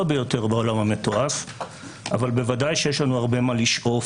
ביותר בעולם המתועש אבל בוודאי שיש לנו הרבה מה לשאוף,